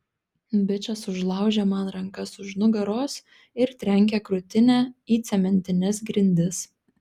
bičas užlaužia man rankas už nugaros ir trenkia krūtinę į cementines grindis